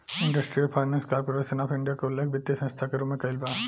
industrial finance corporation of India के उल्लेख वित्तीय संस्था के रूप में कईल बा